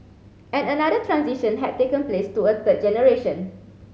and another transition had taken place to a third generation